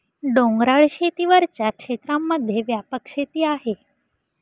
डोंगराळ शेती वरच्या क्षेत्रांमध्ये व्यापक शेती आहे